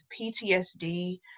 PTSD